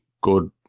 good